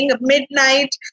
midnight